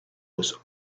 was